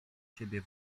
siebie